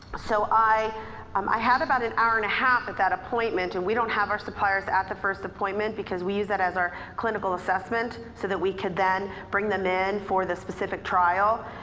so i um i had about an hour and a half at that appointment and we don't have our suppliers at the first appointment because we use that as our clinical assessment so that we could then bring them in for this specific trial.